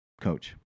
coach